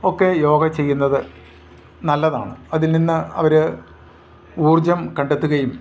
ഒക്കെ യോഗ ചെയ്യുന്നത് നല്ലതാണ് അതിൽനിന്ന് അവർ ഊർജ്ജം കണ്ടെത്തുകയും